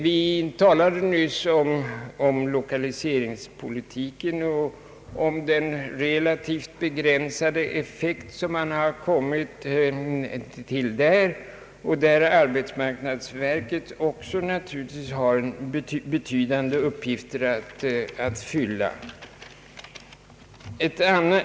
Vi talade nyss om lokaliseringspolitiken och om den relativt begränsade effekt man har uppnått därvidlag. Också i det sammanhanget har naturligtvis arbetsmarknadsverket betydande uppgifter att fylla.